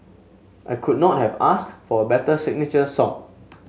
I could not have asked for a better signature song